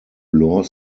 lore